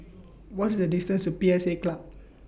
What IS The distance to P S A Club